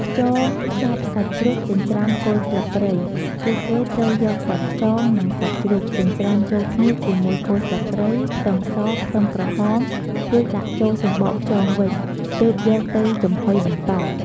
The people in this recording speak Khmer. ខ្យងខ្ចប់សាច់ជ្រូកចិញ្ច្រាំគល់ស្លឹកគ្រៃ គឺគេត្រូវយកសាច់ខ្យង និងសាច់ជ្រូក ចិញ្រ្ចាំចូលគ្នាជាមួយគល់ស្លឹកគ្រៃ ខ្ទឹមស ខ្ទឹមក្រហម រួចដាក់ចូលសំបកខ្យងវិញ ទើបយកទៅចំហុយបន្ត។